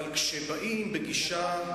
אבל כשבאים בגישה,